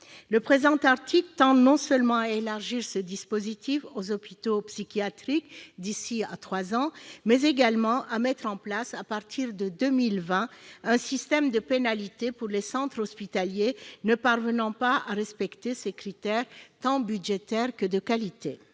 Le présent article tend non seulement à élargir ce dispositif aux hôpitaux psychiatriques d'ici à trois ans, mais également à mettre en place, à partir de 2020, un système de pénalités pour les centres hospitaliers ne parvenant pas à respecter ces critères, tant budgétaires que de qualité.